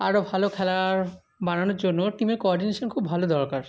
আরো ভালো খেলার বানানোর জন্য টিমের কোঅর্ডিনেশান খুব ভালো দরকার